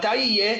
מתי יהיה?